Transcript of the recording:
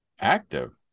Active